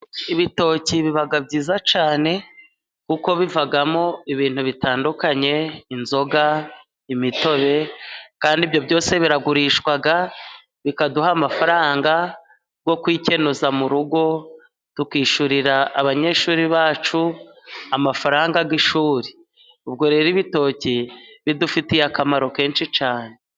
Ibitoki biba byiza cyane kuko bivamo ibintu bitandukanye, inzoga, imitobe, kandi ibyo byose biragurishwa bikaduha amafaranga yo kwikenuza mu rugo, tukishyurira abanyeshuri bacu amafaranga y'ishuri. Ubwo rero ibitoki bidufitiye akamaro kenshi cyane.